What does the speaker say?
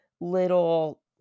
little